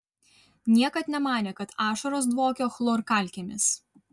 niekad nemanė kad ašaros dvokia chlorkalkėmis